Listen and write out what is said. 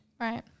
Right